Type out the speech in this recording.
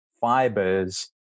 fibers